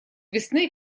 весны